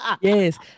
Yes